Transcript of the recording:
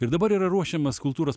ir dabar yra ruošiamas kultūros